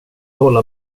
hålla